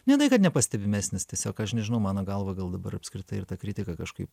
ne tai kad nepastebimesnis tiesiog aš nežinau mano galva gal dabar apskritai ir ta kritika kažkaip